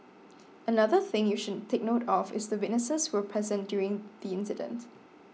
another thing you should take note of is the witnesses who present during the incident